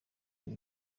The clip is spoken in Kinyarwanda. bihe